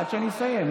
עד שאני אסיים.